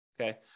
Okay